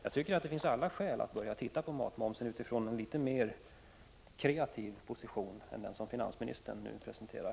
Jag tycker att det finns alla skäl att titta på momsen på mat utifrån en litet mer kreativ position än den som finansministern nu presenterar.